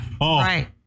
right